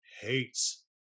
hates